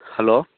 hello